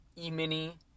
e-mini